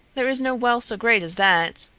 there is no wealth so great as that.